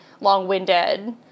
long-winded